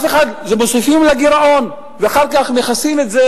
מוסיפים לגירעון ואחר כך מכסים את זה